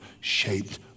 shaped